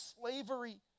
slavery